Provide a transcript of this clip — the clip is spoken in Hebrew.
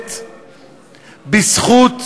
ושורדת בזכות מתנות,